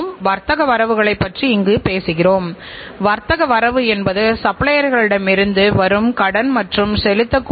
மேலும் வெளிப்புற தோல்விகளைக் குறைக்க விரும்புகிறோம் பின்னர் தயாரிப்பு வாடிக்கையாளர்களை எட்டியுள்ளது